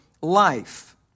life